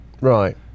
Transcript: Right